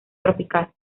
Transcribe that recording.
tropical